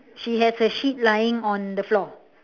she has a sheet lying on the floor